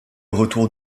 retour